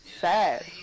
sad